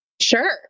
Sure